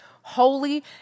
holy